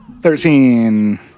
Thirteen